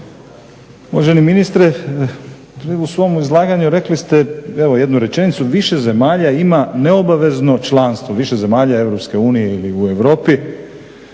Uvaženi ministre, u svom izlaganju rekli ste evo jednu rečenicu, više zemalja ima neobavezno članstvo, više zemalja Europske unije ili u Europi.